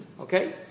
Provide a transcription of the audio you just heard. Okay